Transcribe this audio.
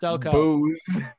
Booze